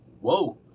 Whoa